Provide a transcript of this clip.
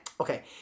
Okay